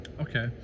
okay